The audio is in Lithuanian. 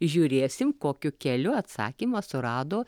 žiūrėsim kokiu keliu atsakymą surado